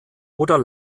oder